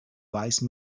wise